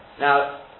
Now